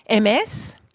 MS